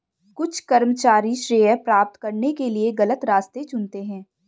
कुछ कर्मचारी श्रेय प्राप्त करने के लिए गलत रास्ते चुनते हैं